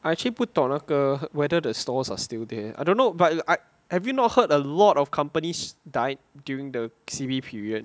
I actually 不懂那个 whether the stores are still there I don't know but I have you not heard a lot of companies died during the C_B period